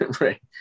Right